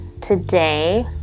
Today